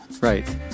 right